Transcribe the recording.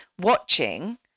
watching